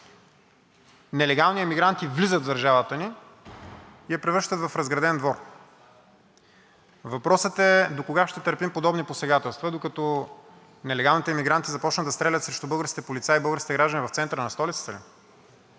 нелегални емигранти влизат в държавата ни и я превръщат в разграден двор. Въпросът е докога ще търпим подобни посегателства? Докато нелегалните емигранти започнат да стрелят срещу българските полицаи и българските граждани в центъра на столицата